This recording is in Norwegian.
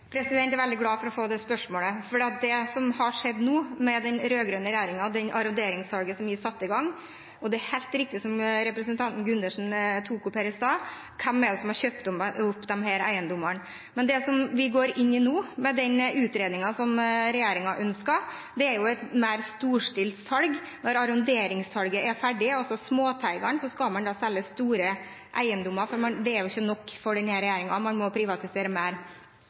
Jeg er veldig glad for å få det spørsmålet om det som har skjedd nå med det arronderingssalget som den rød-grønne regjeringen satte i gang. Og det er helt riktig som representanten Gundersen tok opp her i stad om hvem det er som har kjøpt opp disse eiendommene. Men det vi går inn i nå med den utredningen som regjeringen ønsket, er et mer storstilt salg. Når arronderingssalget av småteigene er ferdig, skal man selge store eiendommer, for dette var ikke nok for denne regjeringen, man må privatisere mer.